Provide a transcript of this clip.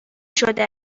شده